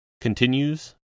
continues